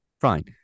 Fine